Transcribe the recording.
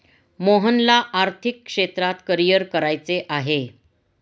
मोहनला आर्थिक क्षेत्रात करिअर करायचे आहे